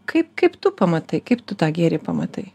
kaip kaip tu pamatai kaip tu tą gėrį pamatai